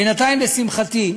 בינתיים, לשמחתי,